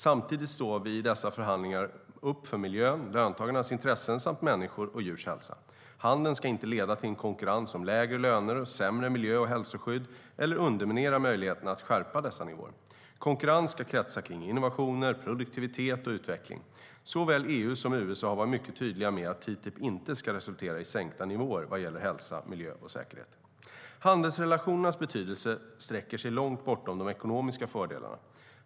Samtidigt står vi i dessa förhandlingar upp för miljön, löntagarnas intressen samt människors och djurs hälsa. Handel ska inte leda till en konkurrens om lägre löner och ett sämre miljö och hälsoskydd eller underminera möjligheten att skärpa dessa nivåer. Konkurrens ska kretsa kring innovationer, produktivitet och utveckling. Såväl EU som USA har varit mycket tydliga med att TTIP inte ska resultera i sänkta nivåer vad gäller hälsa, miljö och säkerhet. Handelsrelationernas betydelse sträcker sig långt bortom de ekonomiska fördelarna.